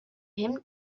him